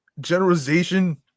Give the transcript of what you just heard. generalization